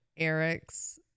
Erics